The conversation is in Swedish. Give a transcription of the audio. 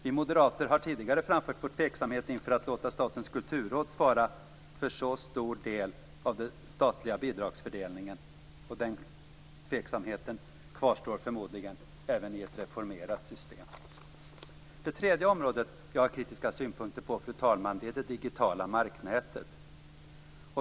Vi moderater har tidigare framfört vår tveksamhet inför att låta Statens kulturråd svara för så stor del av den statliga bidragsfördelningen. Den tveksamheten kvarstår förmodligen även i ett reformerat system. Fru talman! Det tredje området jag har kritiska synpunkter på är det digitala marknätet.